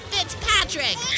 Fitzpatrick